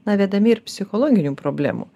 na vedami ir psichologinių problemų